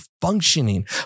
functioning